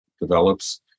develops